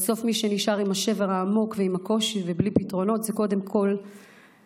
בסוף מי שנשאר עם השבר העמוק ועם הקושי ובלי פתרונות זה קודם כול אנחנו,